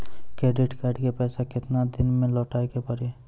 Credit card के पैसा केतना दिन मे लौटाए के पड़ी?